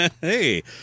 Hey